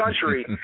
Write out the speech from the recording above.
country